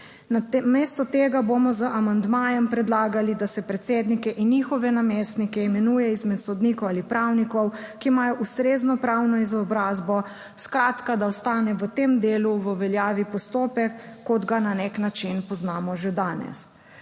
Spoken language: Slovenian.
Namesto tega bomo z amandmajem predlagali, da se predsednike in njihove namestnike imenuje izmed sodnikov ali pravnikov, ki imajo ustrezno pravno izobrazbo, skratka da ostane v tem delu v veljavi postopek, kot ga na nek način poznamo že danes.